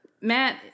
Matt